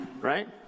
right